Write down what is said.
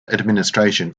administration